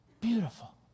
beautiful